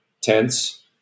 tense